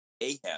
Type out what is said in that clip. ahab